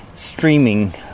streaming